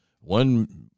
One